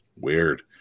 weird